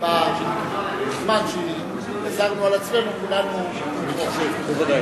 בזמן שגזרנו על עצמנו, כולנו, בוודאי.